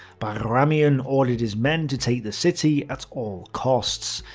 bagramian ordered his men to take the city at all costs.